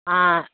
ஆ